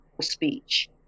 speech